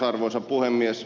arvoisa puhemies